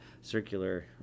circular